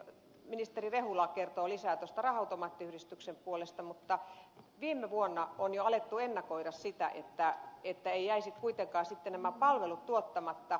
ministeri rehula kertoo lisää tuosta raha automaattiyhdistyksen puolesta mutta viime vuonna on jo alettu ennakoida sitä että eivät jäisi kuitenkaan sitten nämä palvelut tuottamatta